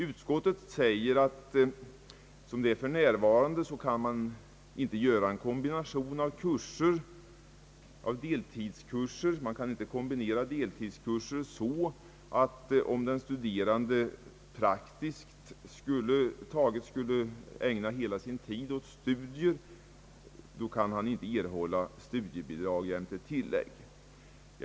Utskottet säger att för närvarande kan deltidskurser inte kombineras. Om en studerande skulle ägna praktiskt taget hela sin tid åt studier i olika deltidskurser, så kan han inte erhålla studiebidrag jämte tillägg.